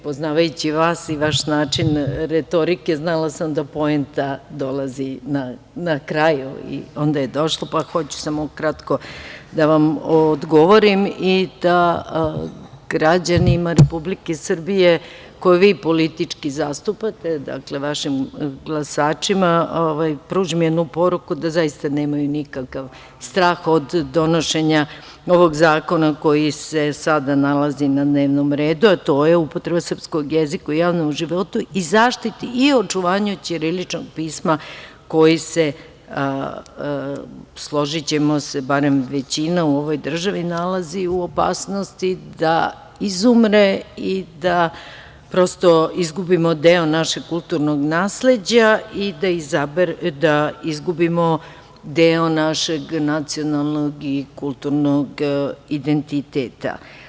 Poznavajući vas i vaš način retorike, znala sam da poenta dolazi na kraju i došla je, pa hoću samo kratko da vam odgovorim i da građanima Republike Srbije koje vi politički zastupate, vašim glasačima, pružim jednu poruku da zaista nemaju nikakav strah od donošenja ovog zakona koji se sada nalazi na dnevnom redu, a to je upotreba srpskog jezika u javnom životu i zaštiti i očuvanju ćiriličnog pisma koji se, složićemo se, barem većina u ovoj državi, nalazi u opasnost da izumre i da prosto izgubimo deo našeg kulturnog nasleđa i da izgubimo deo našeg nacionalnog i kulturnog identiteta.